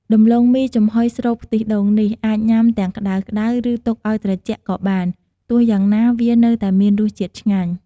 ដំឡូងមីចំហុយស្រូបខ្ទិះដូងនេះ អាចញ៉ាំទាំងក្ដៅៗ ឬទុកឲ្យត្រជាក់ក៏បាន ទោះយ៉ាងណា វានៅតែមានរសជាតិឆ្ងាញ់។